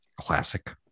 Classic